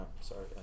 Sorry